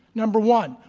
number one,